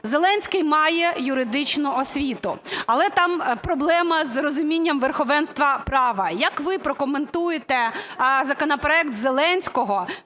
Зеленський має юридичну освіту, але там проблема з розумінням верховенства права. Як ви прокоментуєте законопроект Зеленського